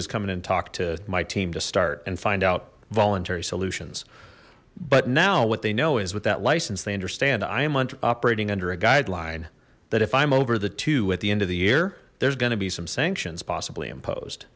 is come in and talk to my team to start and find out voluntary solutions but now what they know is with that license they understand i am operating under a guideline that if i'm over the at the end of the year there's some sanctions possibly imposed